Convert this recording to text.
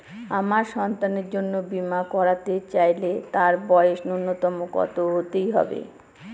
আমার সন্তানের জন্য বীমা করাতে চাইলে তার বয়স ন্যুনতম কত হতেই হবে?